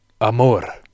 Amor